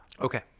Okay